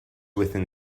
within